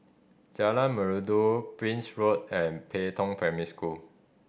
Jalan Merdu Prince Road and Pei Tong Primary School